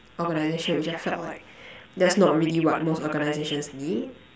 organization which I felt like that's not really what most organizations need